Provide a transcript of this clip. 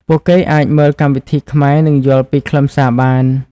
ពួកគេអាចមើលកម្មវិធីខ្មែរនិងយល់ពីខ្លឹមសារបាន។